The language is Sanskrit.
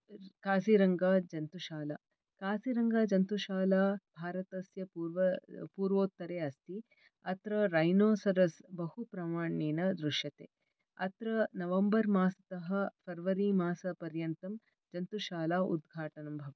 काशीरंगजन्तुशाला काशीरंगजन्तुशाला भारतस्य पूर्वोत्तरे अस्ति अत्र रैनोसरस् बहुप्रामाण्येन दृश्यते अत्र नवम्बर् मासतः फ़रवरी मासपर्यन्तम् जन्तुशाला उद्घाटनं भवति